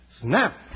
Snap